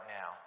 now